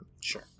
Sure